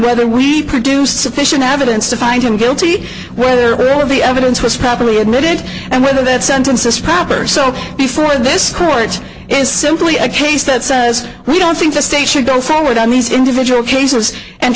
whether we've produced sufficient evidence to find him guilty whether all of the evidence was properly admitted and whether that sentence is proper so before this court is simply a case that says we don't think the state should go forward on these individual cases and